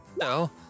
No